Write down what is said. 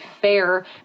fair